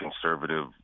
conservative